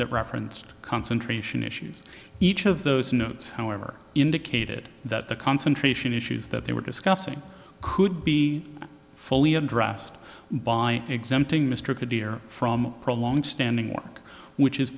that referenced concentration issues each of those notes however indicated that the concentration issues that they were discussing could be fully addressed by exempting mr kadeer from long standing work which is